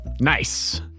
Nice